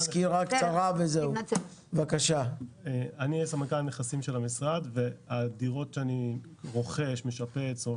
אני סמנכ"ל הנכסים של המשרד והדירות שאני רוכש משפץ או